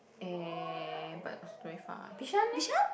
eh but is very far Bishan leh